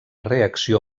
reacció